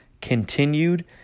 continued